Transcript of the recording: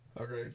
Okay